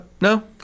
no